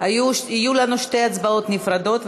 יהיו לנו שתי הצבעות נפרדות.